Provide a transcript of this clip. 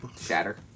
Shatter